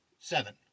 seven